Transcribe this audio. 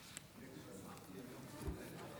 האמונים ואתם תשיבו "מתחייב אני"